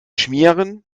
schmieren